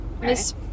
Miss